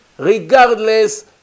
Regardless